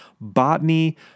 botany